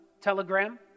Telegram